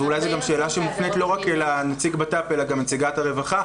ואולי זו גם שאלה שמופנית לא רק אל נציג בט"פ אלא גם נציגת הרווחה,